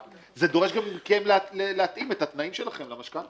זה דורש גם מכם להתאים את התנאים שלכם למשכנתא.